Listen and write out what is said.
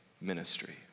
ministry